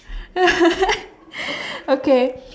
okay